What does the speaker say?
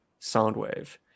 Soundwave